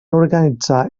organitzar